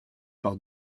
par